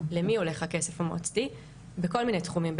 למי הולך הכסף המועצתי בכל מיני תחומים,